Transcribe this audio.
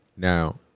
Now